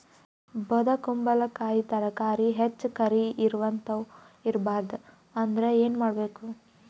ಬೊದಕುಂಬಲಕಾಯಿ ತರಕಾರಿ ಹೆಚ್ಚ ಕರಿ ಇರವಿಹತ ಬಾರದು ಅಂದರ ಏನ ಮಾಡಬೇಕು?